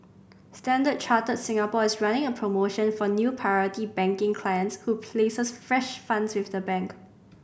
Standard Chartered Singapore is running a promotion for new Priority Banking clients who places fresh funds with the bank